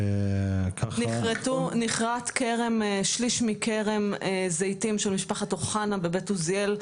נכרת שליש מכרם זיתים של משפחת אוחנה בבית עוזיאל.